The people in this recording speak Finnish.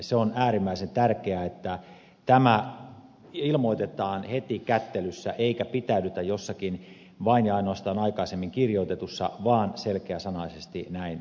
se on äärimmäisen tärkeää että tämä ilmoitetaan heti kättelyssä eikä pitäydytä jossakin vain ja ainoastaan aikaisemmin kirjoitetussa vaan selkeäsanaisesti näin tehdään